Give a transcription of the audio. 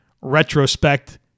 retrospect